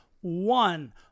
one